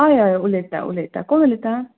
हय हय उलयता उलयता कोण उलयता